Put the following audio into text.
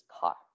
car